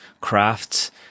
crafts